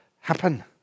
happen